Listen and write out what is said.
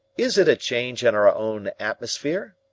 is it a change in our own atmosphere?